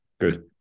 Good